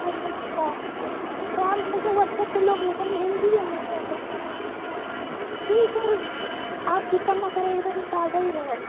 اچھا تو آپ مجھے واٹسپ پہ لوکیشن بھیج دیجیے میں پہنچا دوں گا جی سر آپ فکر نہ کریں ایک دم تازہ ہی رہے گا